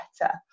better